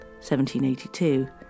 1782